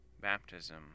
Baptism